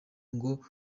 ngo